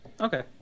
Okay